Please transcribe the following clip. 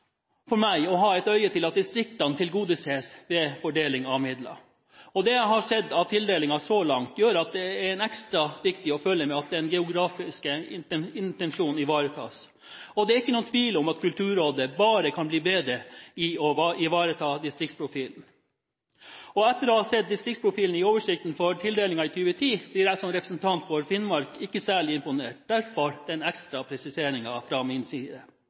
meg å ha et øye til at distriktene tilgodeses ved fordeling av midler. Det jeg har sett av tildelinger så langt, gjør det ekstra viktig å følge med på at den geografiske intensjonen ivaretas. Det er ikke noen tvil om at Kulturrådet bare kan bli bedre til å ivareta distriktsprofilen. Etter å ha sett distriktsprofilen i oversikten for tildelingene i 2010 blir jeg som representant fra Finnmark ikke særlig imponert – derfor denne ekstra presiseringen fra min side.